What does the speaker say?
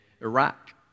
Iraq